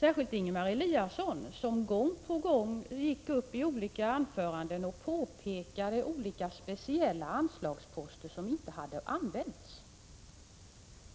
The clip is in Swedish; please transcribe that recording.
Särskilt Ingemar Eliasson, som gång på gång gick upp i olika anföranden och pekade på olika speciella anslagsposter som inte hade använts,